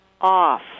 off